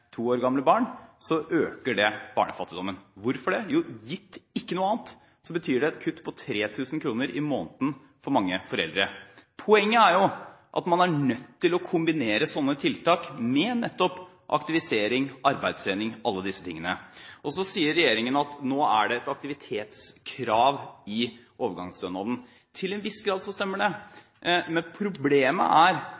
to år gamle barn, øker det barnefattigdommen. Hvorfor det? Jo, gitt ingenting annet, betyr det et kutt på 3 000 kr i måneden for mange foreldre. Poenget er jo at man er nødt til å kombinere slike tiltak med nettopp aktivisering og arbeidstrening – alle disse tingene. Regjeringen sier at nå er det et aktivitetskrav i overgangsstønaden. Til en viss grad stemmer det,